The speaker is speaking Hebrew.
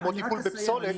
כמו בטיפול בפסולת,